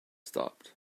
stopped